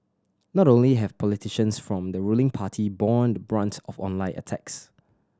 not only have politicians from the ruling party borne the brunt of online attacks